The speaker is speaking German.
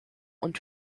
und